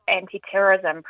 anti-terrorism